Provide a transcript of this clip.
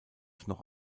noch